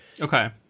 Okay